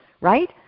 right